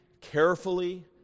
carefully